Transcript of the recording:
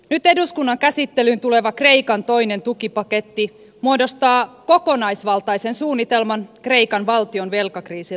nyt eduskunnan käsittelyyn tuleva kreikan toinen tukipaketti muodostaa kokonaisvaltaisen suunnitelman kreikan valtion velkakriisin ratkaisemiseksi